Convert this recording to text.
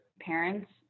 parents